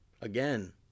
again